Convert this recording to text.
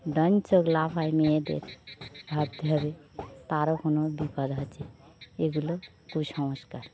ডান চোখ লাফায় মেয়েদের ভাবতে হবে তারও কোনো বিপদ আছে এগুলো কুসংস্কার